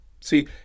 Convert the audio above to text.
See